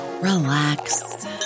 relax